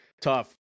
Tough